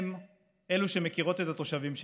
הן שמכירות את התושבים שלהן.